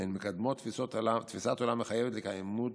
והן מקדמות תפיסת עולם מחייבת לקיימות